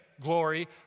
glory